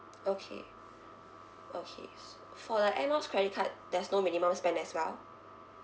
okay okay so for the air miles credit card there's no minimum spend as well